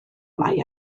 mae